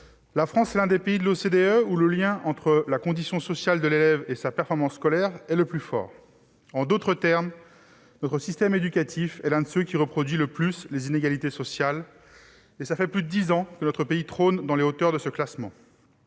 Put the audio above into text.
La France est l'un des pays de l'OCDE où le lien entre la condition sociale de l'élève et sa performance scolaire est le plus fort. En d'autres termes, notre système éducatif est l'un de ceux qui reproduisent le plus les inégalités sociales ; et voilà plus de dix ans que notre pays trône dans les hauteurs de ce classement.